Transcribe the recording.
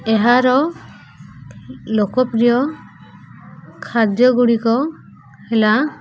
ଏହାର ଲୋକପ୍ରିୟ ଖାଦ୍ୟଗୁଡ଼ିକ ହେଲା